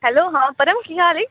hello ਹਾਂ ਪਰਮ ਕੀ ਹਾਲ ਹੈ